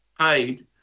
paid